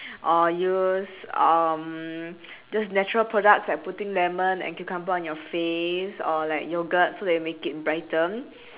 or use just natural products like putting lemon and cucumber on your face or like yogurt so that it will make it brighter